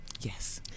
Yes